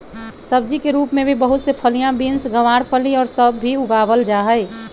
सब्जी के रूप में भी बहुत से फलियां, बींस, गवारफली और सब भी उगावल जाहई